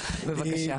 בבקשה.